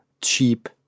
cheap